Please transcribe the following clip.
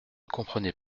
comprenait